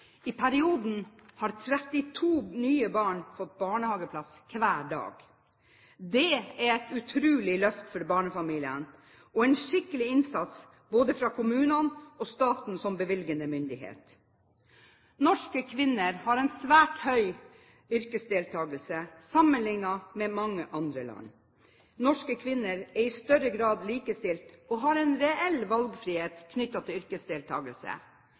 I perioden har 32 nye barn fått barnehageplass hver dag. Dette er et utrolig løft for barnefamiliene og en skikkelig innsats både fra kommunene og staten som bevilgende myndighet. Norske kvinner har svært høy yrkesdeltakelse sammenlignet med kvinner i mange andre land. Norske kvinner er i større grad likestilt og har en reell valgfrihet knyttet til